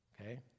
okay